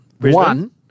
One –